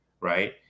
right